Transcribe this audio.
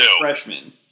freshman